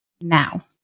now